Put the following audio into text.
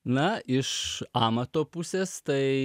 na iš amato pusės tai